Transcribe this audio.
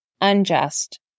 unjust